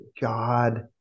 God